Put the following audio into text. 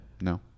No